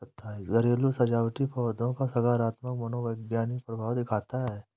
घरेलू सजावटी पौधों का सकारात्मक मनोवैज्ञानिक प्रभाव दिखता है